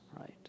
right